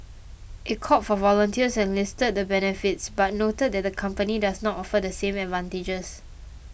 it called for volunteers and listed the benefits but noted that the company does not offer the same advantages